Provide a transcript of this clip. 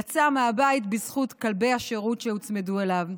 יצא מהבית בזכות כלבי השירות שהוצמדו אליו.